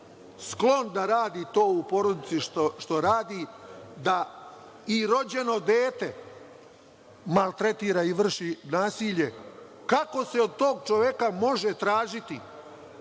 sklon da radi to u porodici što radi, da i rođeno dete maltretira i vrši nasilje, kako se od tog čoveka može tražiti